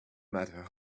matter